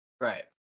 Right